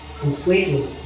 completely